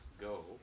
go